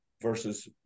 versus